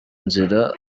nzira